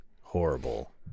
Horrible